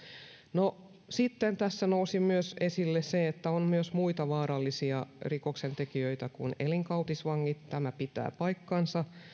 no sitten tässä nousi myös esille se että on myös muita vaarallisia rikoksentekijöitä kuin elinkautisvangit tämä pitää paikkansa